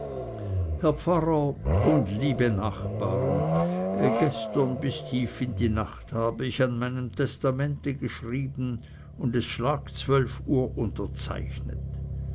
herr pfarrer und liebe nachbarn gestern bis tief in die nacht habe ich an meinem testamente geschrieben und es schlag zwölf uhr unterzeichnet